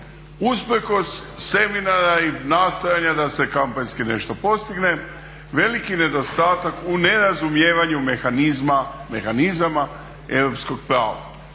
usprkos seminara i nastojanja da se kampanjski nešto postigne, veliki nedostatak u nerazumijevanju mehanizama europskog prava.